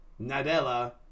Nadella